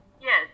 Yes